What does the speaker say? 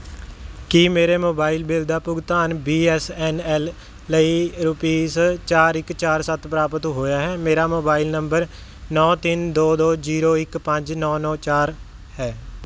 ਕੀ ਮੇਰੇ mobile bill ਦਾ ਭੁਗਤਾਨ ਬੀ ਐੱਸ ਐੱਨ ਐੱਲ ਲਈ ਰੁਪੀਸ ਚਾਰ ਇੱਕ ਚਾਰ ਸੱਤ ਪ੍ਰਾਪਤ ਹੋਇਆ ਹੈ ਮੇਰਾ ਮੋਬਾਈਲ ਨੰਬਰ ਨੌਂ ਤਿੰਨ ਦੋ ਦੋ ਜ਼ੀਰੋ ਇੱਕ ਪੰਜ ਨੌਂ ਨੌਂ ਚਾਰ ਹੈ